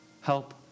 Help